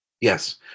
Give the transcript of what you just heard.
Yes